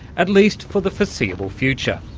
at least for the foreseeable future.